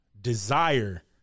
desire